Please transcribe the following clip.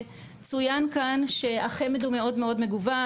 צויין כאן שהחמ"ד הוא מאוד מאוד מגוון,